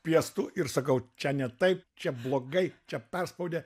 piestu ir sakau čia ne taip čia blogai čia perspaudė